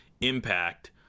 impact